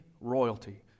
royalty